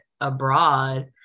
abroad